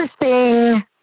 interesting